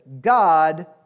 God